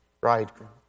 bridegroom